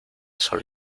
sol